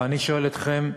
ואני שואל אתכם,